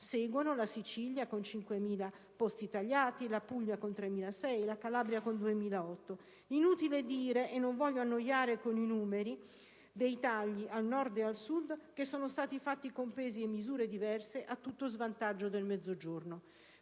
Seguono la Sicilia, con 5000 posti tagliati, la Puglia con 3.600 e la Calabria con 2.800. È inutile dire - e non voglio annoiare con i numeri dei tagli al Nord e al Sud - che sono stati usati pesi e misure diverse, a tutto svantaggio del Mezzogiorno.